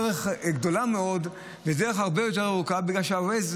דרך גדולה מאוד ודרך הרבה יותר ארוכה בגלל שה-Waze.